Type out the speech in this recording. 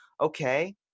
Okay